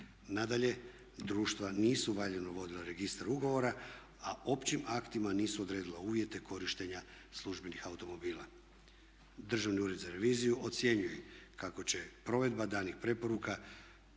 Nadalje, društva nisu valjano vodila registar ugovora a općim aktima nisu odredila uvjete korištenja službenih automobila. Državni ured za reviziju ocjenjuje kako će provedba danih preporuka